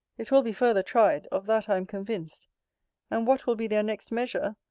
it will be farther tried of that i am convinced and what will be their next measure,